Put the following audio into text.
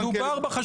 צריך לשקול,